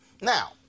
Now